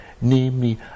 namely